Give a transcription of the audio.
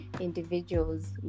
individuals